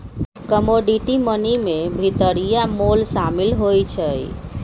commodity money में भितरिया मोल सामिल होइ छइ